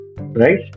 right